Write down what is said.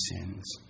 sins